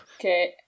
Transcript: Okay